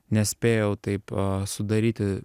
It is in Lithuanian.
nespėjau taip sudaryti